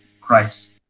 Christ